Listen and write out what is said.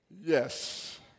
Yes